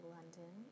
London